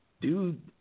dude